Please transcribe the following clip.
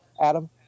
Adam